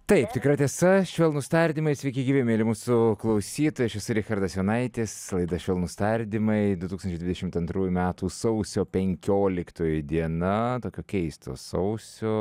taip tikra tiesa švelnūs tardymai sveiki gyvi mieli mūsų klausytojai aš esu richardas jonaitis laida švelnūs tardymai du tūkstančiai dvidešimt antrųjų metų sausio penkioliktoji diena tokio keisto sausio